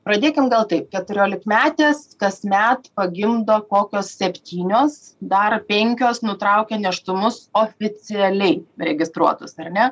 pradėkim gal taip keturiolikmetės kasmet pagimdo kokios septynios dar penkios nutraukia nėštumus oficialiai registruotus ar ne